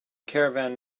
caravan